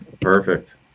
Perfect